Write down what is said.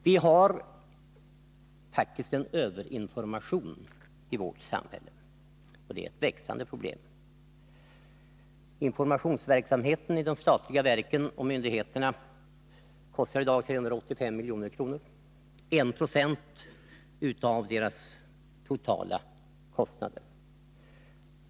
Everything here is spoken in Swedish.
Vi har faktiskt en överinformation i vårt samhälle, och detta är ett växande problem. Informationsverksamheten i de statliga verken och myndigheterna kostar i dag 385 milj.kr. eller 1 90 av deras totala kostnader.